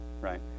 right